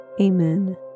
Amen